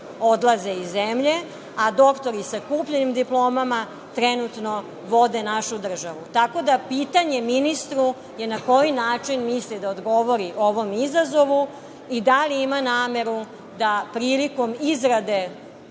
odlaze iz zemlje, a doktori sa kupljenim diplomama trenutno vode našu državu. Tako da, pitanje ministru je – na koji način misli da odgovori ovom izazovu i da li ima nameru da prilikom izrade